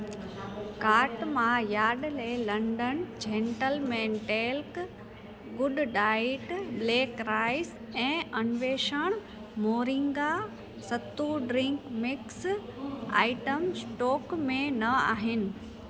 cart मां Yardley London gentleman talc good diet black rice ऐं Anveshan moringa sattu drink mix item stock में न आहिनि